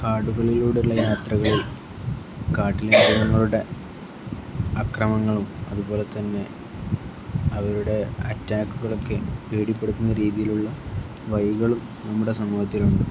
കാടുകളിലൂടുള്ള യാത്രകൾ കാട്ടിലെ മൃഗങ്ങളുടെ അക്രമങ്ങളും അതുപോലെത്തന്നെ അവരുടെ അറ്റാക്കുകളൊക്കെ പേടിപ്പെടുത്തുന്ന രീതിയിലുള്ള വഴികളും നമ്മുടെ സമൂഹത്തിലുണ്ട്